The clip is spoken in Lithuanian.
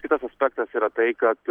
kitas aspektas yra tai kad